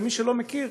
למי שלא מכיר,